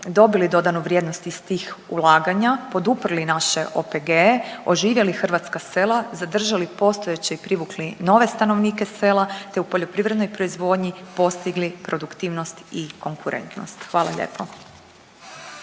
dobili dodanu vrijednost iz tih ulaganja, poduprli naše OPG-e, oživjeli hrvatska sela, zadržali postojeće i privukli nove stanovnike sela te u poljoprivrednoj proizvodnji postigli produktivnost i konkurentnost. Hvala lijepo.